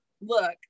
look